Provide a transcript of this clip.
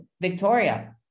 Victoria